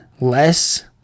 less